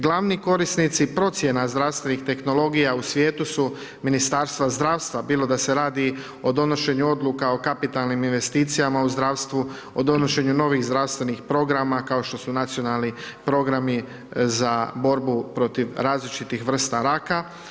Glavni korisnici procjena zdravstvenih tehnologija u svijetu su ministarstva zdravstva bilo da se radi o donošenju odluka o kapitalnim investicijama u zdravstvu, o donošenju novih zdravstvenih programa kao što su nacionalni programi za borbu protiv različitih vrsta raka.